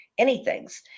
anythings